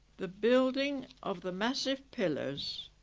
the building of the massive pillars,